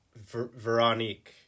Veronique